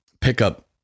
pickup